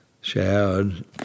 showered